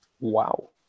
Wow